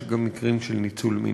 יש גם מקרים של ניצול מיני.